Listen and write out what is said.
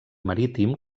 marítim